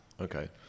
Okay